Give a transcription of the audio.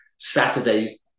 Saturday